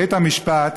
בית המשפט